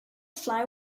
fly